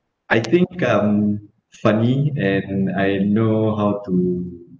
I think I'm funny and I know how to